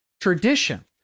tradition